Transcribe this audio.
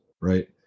right